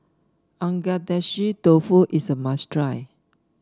Agedashi Dofu is a must try